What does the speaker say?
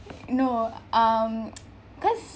no um cause